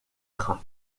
train